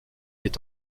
est